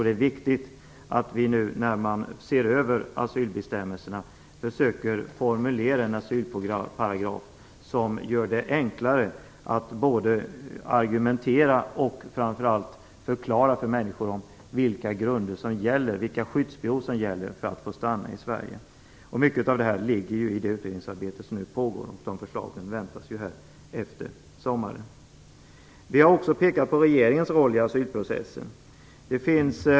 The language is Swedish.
Det är viktigt att man, när man nu ser över asylbestämmelserna, försöker att formulera en asylparagraf som gör det enklare att argumentera och framför allt förklara för människor vilka grunder som gäller, vilka skyddsbehov som gäller, för att en asylsökande skall få stanna i Sverige. Mycket av detta ingår i det utredningsarbete som pågår, och förslagen väntas ju efter sommaren. Vi har också pekat på regeringens roll i asylprocessen.